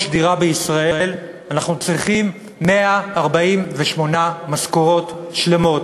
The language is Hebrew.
דירה בישראל אנחנו צריכים 148 משכורות שלמות.